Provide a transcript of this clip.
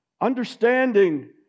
Understanding